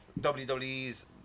WWE's